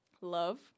Love